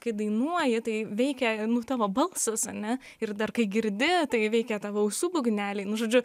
kai dainuoji tai veikia nu tavo balsas ane ir dar kai girdi tai veikia tavo ausų būgneliai nu žodžiu